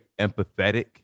empathetic